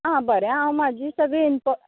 आ बरें हांव म्हाजी सगळी इनफॉ